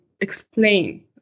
explain